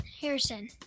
Harrison